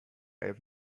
have